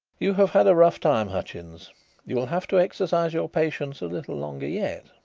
you have had a rough time, hutchins you will have to exercise your patience a little longer yet,